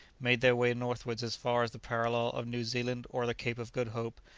made their way northwards as far as the parallel of new zealand or the cape of good hope,